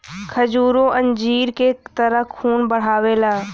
खजूरो अंजीर की तरह खून बढ़ावेला